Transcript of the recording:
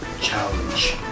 Challenge